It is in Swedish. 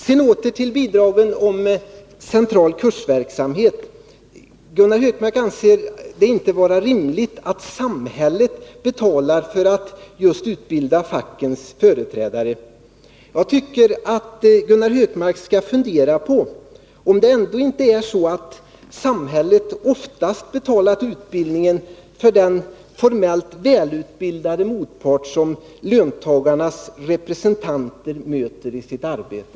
När det gäller bidragen till central kursverksamhet anser Gunnar Hökmark det inte vara rimligt att samhället betalar för att utbilda fackens företrädare. Jag tycker att Gunnar Hökmark skall fundera på om det ändå inte är så att samhället oftast betalat utbildningen för den formellt välutbildade motpart som löntagarnas representanter möter i sitt arbete.